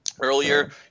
Earlier